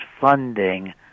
funding